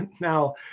Now